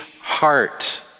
heart